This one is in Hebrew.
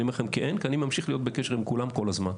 כי אני ממשיך להיות בקשר עם כולם כל הזמן.